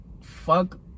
fuck